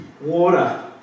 water